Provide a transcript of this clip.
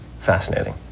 fascinating